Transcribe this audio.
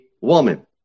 woman